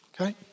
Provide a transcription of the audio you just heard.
okay